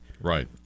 Right